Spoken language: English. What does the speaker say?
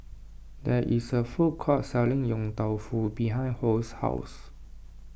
there is a food court selling Yong Tau Foo behind Hoy's house